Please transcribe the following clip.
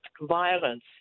violence